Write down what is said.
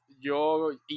Yo